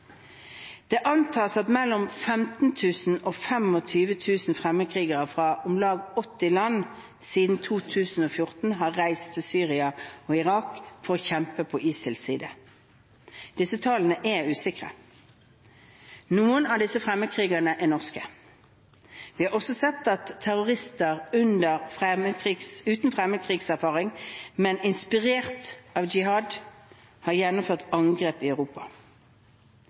Det antas at siden 2014 har mellom 15 000 og 25 000 fremmedkrigere fra om lag 80 land reist til Syria og Irak for å kjempe på ISILs side. Disse tallene er usikre. Noen av disse fremmedkrigerne er norske. Vi har også sett at terrorister uten fremmedkrigererfaring, men inspirert av jihad, har gjennomført angrep i Europa.